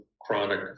Chronic